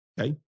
Okay